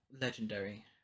legendary